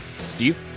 steve